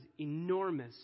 enormous